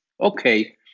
okay